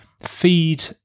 feed